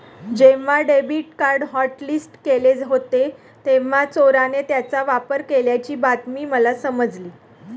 जेव्हा debit card hotlist केले होते तेव्हा चोराने त्याचा वापर केल्याची बातमी मला समजली